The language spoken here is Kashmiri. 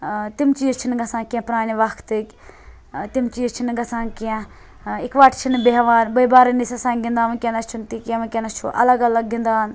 تِم چیٖز چھِ نہٕ گَژھان کینٛہہ پرانہِ وَقتٕکۍ تِم چیٖز چھِ نہٕ گَژھان کینٛہہ اِکوۄٹہ چھِ نہٕ بیٚہوان بٲے بارٕنۍ ٲسۍ آسان گِنٛدان ونکیٚنس چھُنہٕ تہِ کینٛہہ وٕنکیٚنَس چھُ اَلَگ اَلَگ گِنٛدان